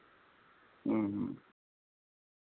ᱦᱮᱸ